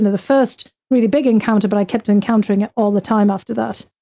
the first really big encounter, but i kept encountering it all the time after that.